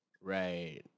Right